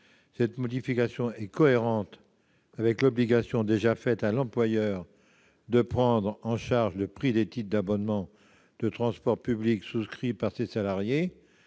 Cette modification est cohérente avec l'obligation déjà faite à l'employeur de prendre en charge une partie des abonnements de transports publics souscrits par ses salariés,